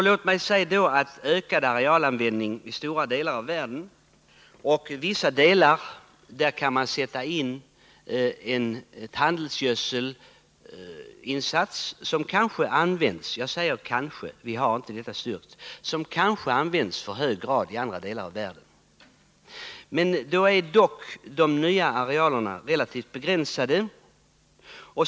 Låt mig säga att i vissa delar av världen är det möjligt att öka ut jordbruksarealerna med utnyttjande av en handelsgödselinsats som kanske — jag säger kanske, för vi har inte detta styrkt — är alltför stor i andra delar av världen. De nya arealerna är dock relativt begränsade.